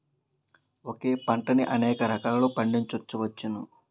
ఒకే పంటని అనేక రకాలలో పండించ్చవచ్చును